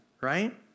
right